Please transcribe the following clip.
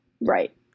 Right